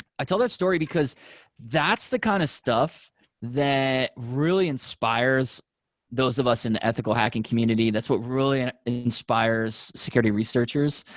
i tell that story because that's the kind of stuff that really inspires those of us in the ethical hacking community. that's what really and inspires security researchers,